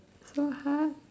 so hard